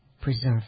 preserve